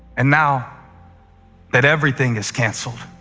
and now that everything is cancelled,